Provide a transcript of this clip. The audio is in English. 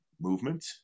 movement